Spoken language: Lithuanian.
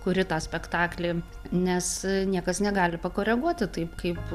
kuri tą spektaklį nes niekas negali pakoreguoti taip kaip